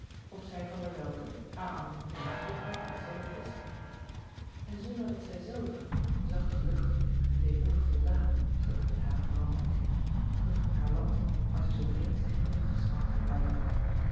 of zij van der welcke haar amant getrouwd had sedert gisteren en zonderdat zijzelve zacht gelukkig nu en weemoedig voldaan terug in haren verwantenkring terug in haar land waar zij zoo vreemd zich heen had gesmacht in het buitenland